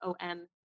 om